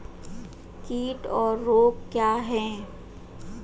कीट और रोग क्या हैं?